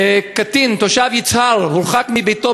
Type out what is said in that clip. קטין תושב יצהר הורחק מביתו,